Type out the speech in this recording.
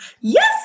Yes